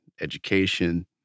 education